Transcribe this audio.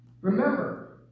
Remember